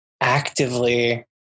actively